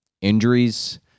injuries